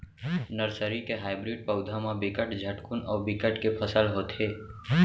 nursery के hybrid पउधा म बिकट झटकुन अउ बिकट के फसल होथे